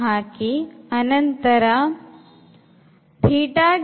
ಹಾಗಾಗಿ